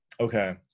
okay